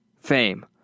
fame